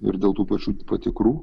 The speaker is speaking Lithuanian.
ir dėl tų pačių patikrų